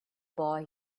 boy